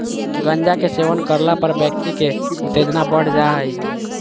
गांजा के सेवन करला पर व्यक्ति के उत्तेजना बढ़ जा हइ